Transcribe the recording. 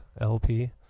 LP